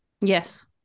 Yes